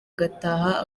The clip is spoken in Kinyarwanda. agataha